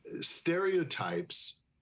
stereotypes